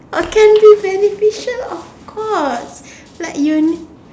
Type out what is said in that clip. oh can be beneficial of course like you